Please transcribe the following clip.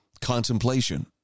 contemplation